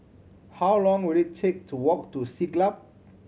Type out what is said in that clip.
how long will it take to walk to Siglap